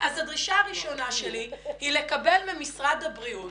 הדרישה הראשונה שלי היא לקבל ממשרד הבריאות